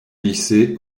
lycée